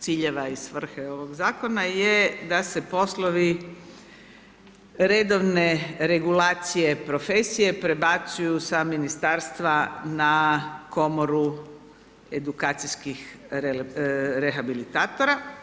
ciljeva i svrhe ovog Zakona je da se poslovi redovne regulacije profesije prebacuju sa Ministarstva na Komoru edukacijskih rehabilitatora.